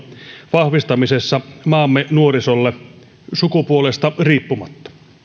vahvistamisesta maamme nuorisolle sukupuolesta riippumatta